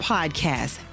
Podcast